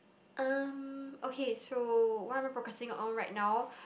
um okay so what am I procrastinating on right now